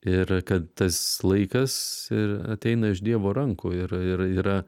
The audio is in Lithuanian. ir kad tas laikas ir ateina iš dievo rankų ir ir yra